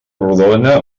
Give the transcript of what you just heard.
redona